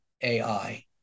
AI